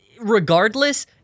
Regardless